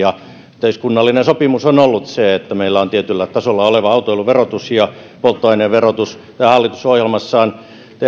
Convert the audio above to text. yhteiskunnallinen sopimus on ollut se että meillä on tietyllä tasolla oleva autoilun verotus ja polttoaineverotus hallitus on tehnyt ohjelmassaan